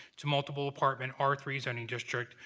to multiple apartment, r three zoning district,